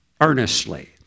earnestly